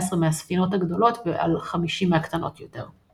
מהספינות הגדולות ועל 50 מהקטנות יותר.